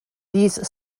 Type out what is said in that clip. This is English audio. these